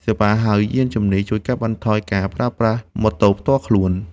សេវាហៅយានជំនិះ ជួយកាត់បន្ថយការប្រើប្រាស់ម៉ូតូផ្ទាល់ខ្លួន។